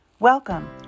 Welcome